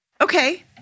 Okay